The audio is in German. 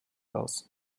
aus